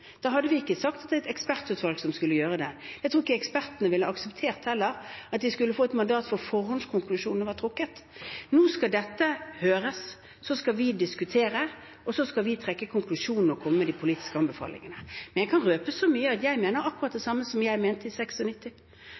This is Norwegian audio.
da hadde vi ikke sagt at det er et ekspertutvalg som skulle gjøre det. Jeg tror heller ikke ekspertene ville ha akseptert at de skulle få et mandat hvor forhåndskonklusjonene var trukket. Nå skal dette høres, så skal vi diskutere, og så skal vi trekke konklusjoner og komme med de politiske anbefalingene. Men jeg kan røpe så mye som at jeg mener akkurat det samme som jeg mente i